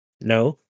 No